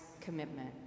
commitment